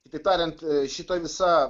kitaip tariant šita visa